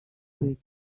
quit